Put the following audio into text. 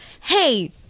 hey